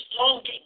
longing